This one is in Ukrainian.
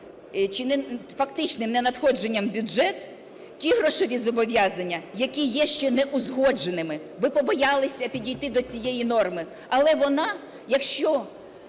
чи фактичним ненадходженням в бюджет ті грошові зобов'язання, які є ще неузгодженими. Ви побоялися підійти до цієї норми, але вона, якщо